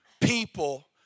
people